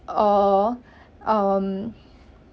or um